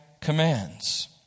commands